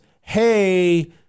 Hey